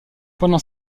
pendant